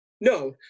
No